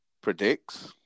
predicts